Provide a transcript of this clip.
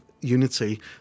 unity